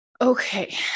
Okay